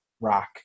rock